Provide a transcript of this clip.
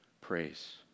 praise